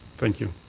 thank you.